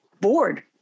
bored